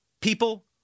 people